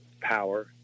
power